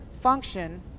function